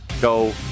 go